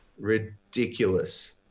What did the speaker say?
ridiculous